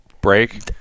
break